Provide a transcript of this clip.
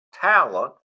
talent